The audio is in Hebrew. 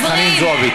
חברת הכנסת חנין זועבי.